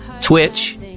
Twitch